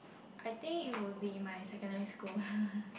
I think it would be my secondary school